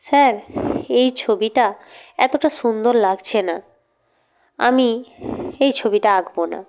sir এই ছবিটা এতটা সুন্দর লাগছে না আমি এই ছবিটা আঁকব না